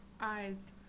eyes